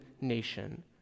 nation